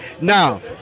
Now